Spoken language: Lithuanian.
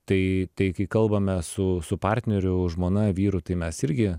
tai tai kai kalbame su su partneriu žmona vyru tai mes irgi